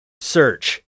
search